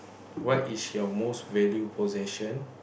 what is your most value possession